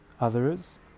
others